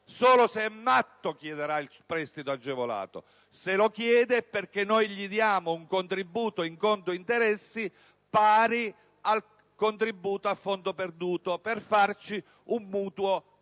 Solo se è matto chiederà il prestito agevolato. Se lo farà, è perché gli diamo un contributo in conto interessi pari al contributo a fondo perduto per avere un mutuo superiore,